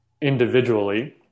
individually